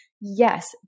Yes